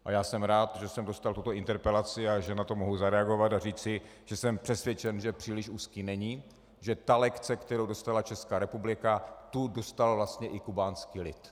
A já jsem rád, že jsem dostal tuto interpelaci, že na to mohu zareagovat a říci, že jsem přesvědčen, že příliš úzký není, že tu lekci, kterou dostala Česká republika, tu dostal vlastně i kubánský lid.